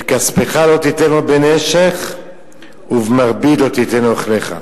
את כספך לא תיתן לו בנשך ובמרבית לא תיתן אוכלך.